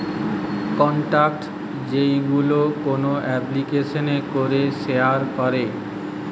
contact যেইগুলো কোন এপ্লিকেশানে করে শেয়ার করে